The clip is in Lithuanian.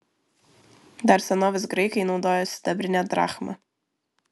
dar senovės graikai naudojo sidabrinę drachmą